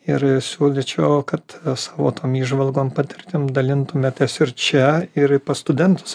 ir siūlyčiau kad savo tom įžvalgom patirtim dalintumėtės ir čia ir pas studentus